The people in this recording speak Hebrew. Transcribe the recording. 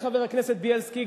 חבר הכנסת בילסקי,